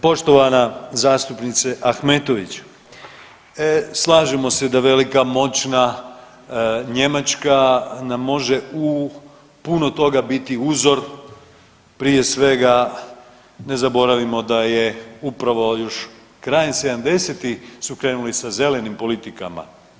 Poštovana zastupnice Ahmetović, slažemo se da velika, moćna Njemačka nam može u puno toga biti uzor, prije svega ne zaboravimo da je upravo još krajem 70-tih su krenuli sa zelenim politikama.